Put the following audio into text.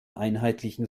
einheitlichen